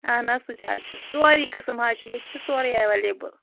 اَہَن حظ سُہ تہِ حظ چھُ سورُے قٕسم حظ چھِ ییٚتہِ چھُ سورُے ایوٚیلیبٕل